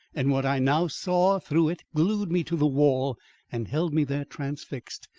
and what i now saw through it glued me to the wall and held me there transfixed,